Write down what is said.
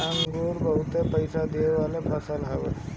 अंगूर बहुते पईसा देवे वाला फसल हवे